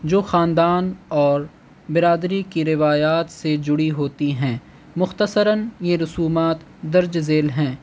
جو خاندان اور برادری کی روایات سے جڑی ہوتی ہیں مختصراً یہ رسومات درج ذیل ہیں